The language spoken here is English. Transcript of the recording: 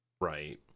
Right